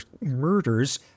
murders